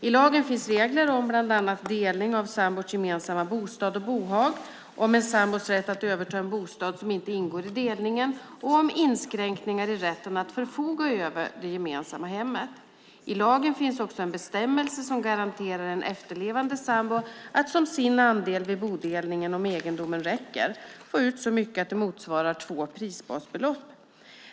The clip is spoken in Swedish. I lagen finns regler om bland annat delning av sambors gemensamma bostad och bohag, en sambos rätt att överta en bostad som inte ingår i delningen och inskränkningar i rätten att förfoga över det gemensamma hemmet. I lagen finns också en bestämmelse som garanterar en efterlevande sambo att som sin andel vid bodelningen - om egendomen räcker - få ut så mycket att det motsvarar två prisbasbelopp.